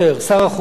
שר החוץ,